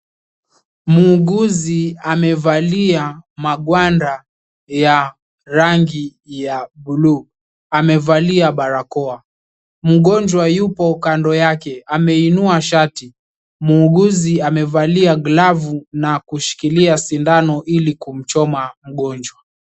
Muuguzi amevalia magwanda ya rangi ya buluu. Amevalia barakoa. Mgonjwa yupo kando yake ameinua shati. Muuguzi amevalia glavu na kushikilia sindano ili kumchoma mgonjwa.